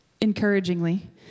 encouragingly